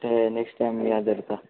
तें next time याद धरता